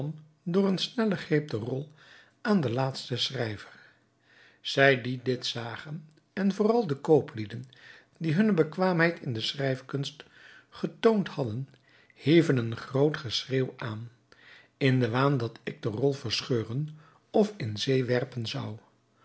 door een snellen greep de rol aan den laatsten schrijver zij die dit zagen en vooral de kooplieden die hunne bekwaamheid in de schrijfkunst getoond hadden hieven een groot geschreeuw aan in den waan dat ik de rol verscheuren of in zee werpen zou